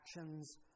actions